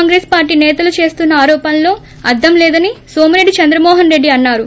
Congress party నేతలు చేస్తున్న ఆరోపణల్లో అర్ధంలేదని నోమిరెడ్డి చంద్రమోహన్రెడ్డి అన్నారు